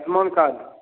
Ayushman card